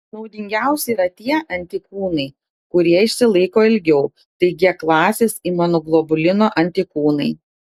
naudingiausi yra tie antikūnai kurie išsilaiko ilgiau tai g klasės imunoglobulino antikūnai